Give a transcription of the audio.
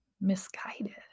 misguided